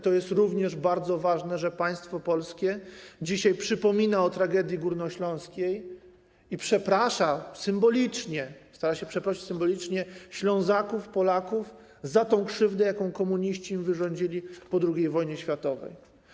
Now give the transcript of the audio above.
To jest również bardzo ważne, że państwo polskie dzisiaj przypomina o tragedii górnośląskiej i przeprasza symbolicznie, stara się przeprosić symbolicznie Ślązaków, Polaków za tę krzywdę, jaką komuniści im wyrządzili po II wojnie światowej.